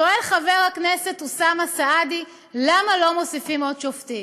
שואל חבר הכנסת אוסאמה סעדי למה לא מוסיפים עוד שופטים.